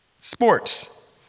Sports